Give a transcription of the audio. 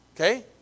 Okay